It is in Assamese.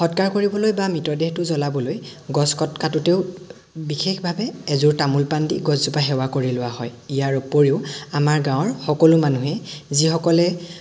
সৎকাৰ কৰিবলৈ বা মৃতদেহটো জ্বলাবলৈ গছ কট কাটোঁতেও বিশেষভাৱে এজোৰ তামোল পাণ দি গছজোপা সেৱা কৰি লোৱা হয় ইয়াৰ উপৰিও আমাৰ গাঁৱৰ সকলো মানুহেই যিসকলে